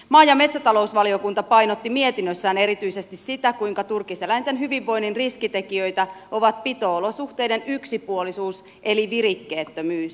maa ja metsätalousvaliokunta painotti mietinnössään erityisesti sitä kuinka turkiseläinten hyvinvoinnin riskitekijöitä on pito olosuhteiden yksipuolisuus eli virikkeettömyys